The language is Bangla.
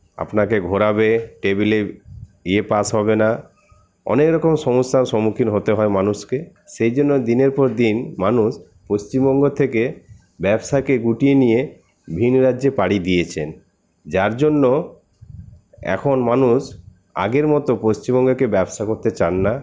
আপনাকে ঘোরাবে টেবিলে ইয়ে পাস হবে না অনেক রকম সমস্যার সম্মুখীন হতে হয় মানুষকে সেই জন্য দিনের পর দিন মানুষ পশ্চিমবঙ্গ থেকে ব্যবসাকে গুটিয়ে নিয়ে ভিন রাজ্যে পাড়ি দিয়েছেন যার জন্য এখন মানুষ আগের মতো পশ্চিমবঙ্গকে কেও ব্যবসা করতে চান না